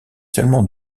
seulement